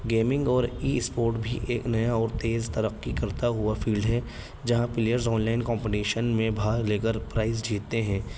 gaming اور e sport بھی ایک نیا اور تیز ترقی کرتا ہوا فیلڈ ہے جہاں پلیئرس آنلائن کمپٹیشن میں بھاگ لے کر پرائز جیتتے ہیں